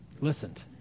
listened